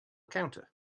counter